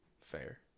Fair